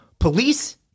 Police